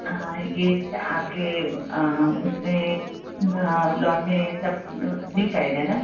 ये आपके उस में लॉन में सब मिल पाएगा न